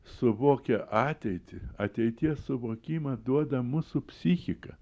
suvokia ateitį ateities suvokimą duoda mūsų psichika